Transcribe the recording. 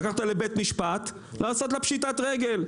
לבית משפט ולעשות לה פשיטת רגל?